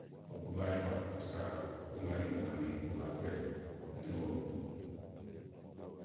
Ɔ̀gbè màa nyoà kása kóŋa níì bùŋà ni óó bàa fɛ.